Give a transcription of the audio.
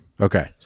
Okay